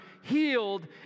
healed